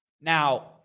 Now